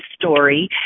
story